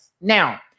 Now